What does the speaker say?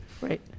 Right